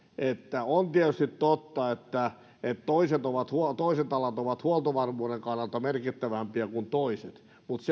että on tietysti totta että toiset alat ovat huoltovarmuuden kannalta merkittävämpiä kuin toiset mutta